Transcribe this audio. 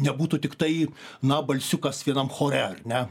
nebūtų tiktai na balsiukas vienam chore ar ne